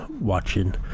watching